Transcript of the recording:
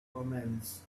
omens